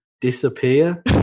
disappear